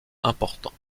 important